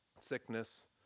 sickness